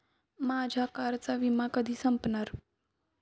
माझ्या कारचा विमा कधी संपणार